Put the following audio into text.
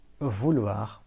vouloir